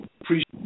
appreciate